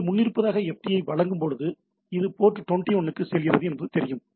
நீங்கள் முன்னிருப்பாக FTP ஐ வழங்கும்போது இது போர்ட் 21 க்கு செல்கிறது என்பது தெரியும்